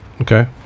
Okay